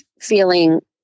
feeling